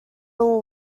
all